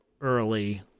early